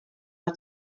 war